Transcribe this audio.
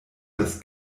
das